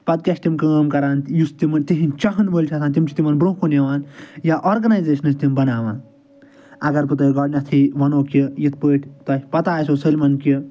پتہِ کیٛاہ چھِ تِم کٲم کران یُس تِمن تِہنٛد چاہن وٲلۍ چھِ اسان تِم چھِ تِمن برونٛہہ کُن یوان یا آرگناٮیزیشنہٕ وھِ تِم بانوان اگر بہٕ تۄہہِ گۄڈنٮ۪تھے ؤنو کہِ یتھ پٲٹھۍ تۄہہِ پتہ آسٮ۪و سٲلِمن کہِ